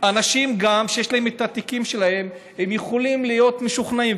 האנשים שיש להם תיקים יכולים להיות משוכנעים,